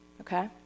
okay